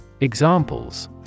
Examples